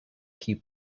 keep